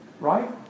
Right